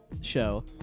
show